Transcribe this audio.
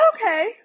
okay